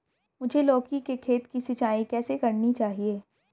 मुझे लौकी के खेत की सिंचाई कैसे करनी चाहिए?